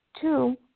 Two